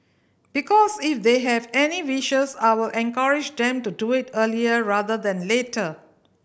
because if they have any wishes I will encourage them to do it earlier rather than later